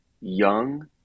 young